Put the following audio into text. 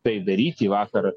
tai daryti vakar